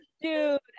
dude